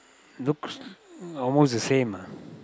looks almost the same ah